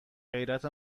غیرت